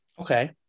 Okay